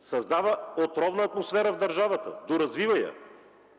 създава отровна атмосфера в държавата – доразвива я.